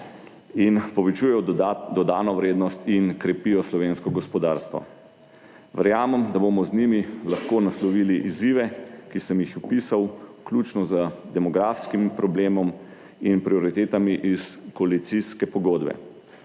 in povečujejo dodatno dodano vrednost in krepijo slovensko gospodarstvo. Verjamem, da bomo z njimi lahko naslovili izzive, ki sem jih opisal vključno z demografskim problemom in prioritetami iz koalicijske pogodbe.